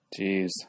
Jeez